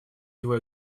его